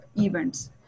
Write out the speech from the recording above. events